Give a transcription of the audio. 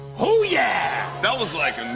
oh, yeah. that was like